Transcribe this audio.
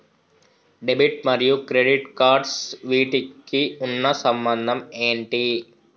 Debit మరియు credit cards వీటికి ఉన్న సంబంధం ఏంటి?